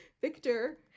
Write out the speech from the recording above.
Victor